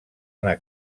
anar